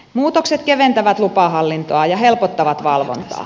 muutokset keventävät lupahallintoa ja helpottavat valvontaa